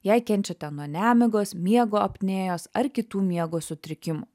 jei kenčiate nuo nemigos miego apnėjos ar kitų miego sutrikimų